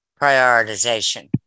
prioritization